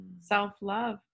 self-love